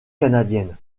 canadienne